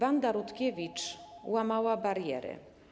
Wanda Rutkiewicz łamała bariery.